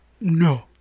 No